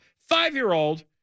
Five-year-old